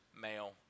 male